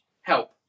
help